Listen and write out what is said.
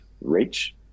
reach